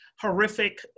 horrific